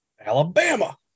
Alabama